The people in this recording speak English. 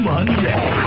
Monday